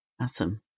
awesome